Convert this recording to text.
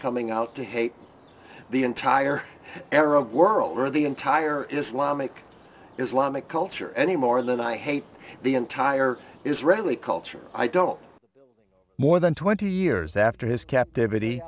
coming out to hate the entire arab world or the entire islamic islamic culture any more than i hate the entire israeli culture i don't more than twenty years after his captivity